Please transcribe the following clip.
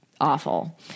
awful